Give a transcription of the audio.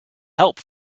help